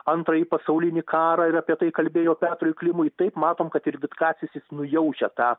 antrąjį pasaulinį karą ir apie tai kalbėjo petrui klimui taip matom kad ir vitkacis jis nujaučia tą